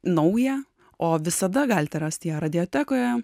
naują o visada galite rasti ją radiotekoje